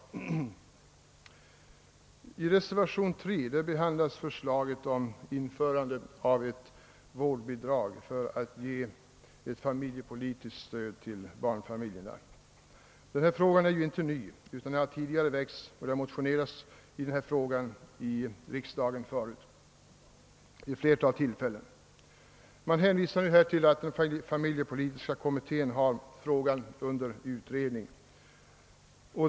[ reservationen 3 vid andra lagutskottets utlåtande nr 40 behandlas förslaget om införande av ett vårdnadsbidrag för att ge ett familjepolitiskt stöd till barnfamiljerna. Denna fråga är inte ny utan har tidigare aktualiserats bl.a. i motioner vid ett flertal tillfällen. Det hänvisas till att familjepolitiska kommittén har frågan under utredning.